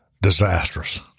disastrous